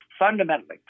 fundamentally